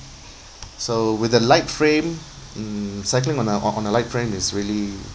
so with a light frame mm cycling on a on on a light frame is really